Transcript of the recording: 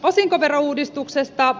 osinkoverouudistuksesta